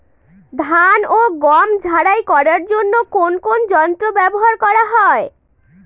ধান ও গম ঝারাই করার জন্য কোন কোন যন্ত্র ব্যাবহার করা হয়?